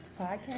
podcast